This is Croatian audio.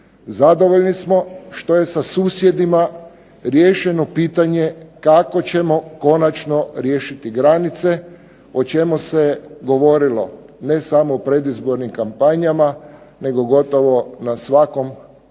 Zadovoljni smo što je sa susjedima riješeno pitanje kako ćemo konačno riješiti granice, o čemu se govorilo ne samo u predizbornim kampanjama, nego gotovo na svakom skupu,